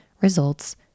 results